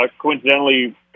coincidentally